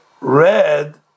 read